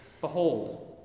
Behold